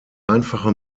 einfache